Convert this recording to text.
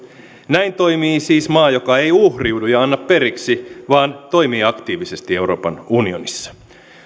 näin toimii siis maa joka ei uhriudu ja anna periksi vaan toimii aktiivisesti euroopan unionissa